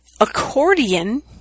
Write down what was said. accordion